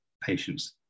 patients